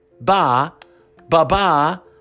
ba-ba-ba